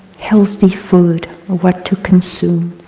healthy food, what to consume.